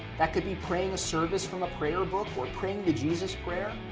that could be praying a service from a prayer book, or praying the jesus prayer,